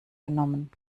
genommen